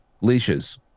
leashes